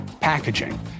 packaging